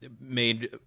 made